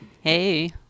Hey